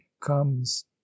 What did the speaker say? comes